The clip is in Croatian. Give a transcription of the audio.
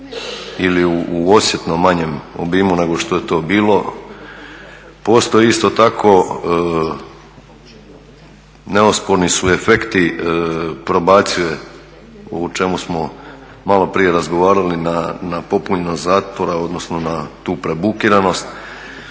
ili u osjetno manjem obimu nego što je to bilo. Postoji isto tako, neosporni su efekti probacije o čemu smo maloprije razgovarali na popunjenost zatvora odnosno na tu prebukiranost.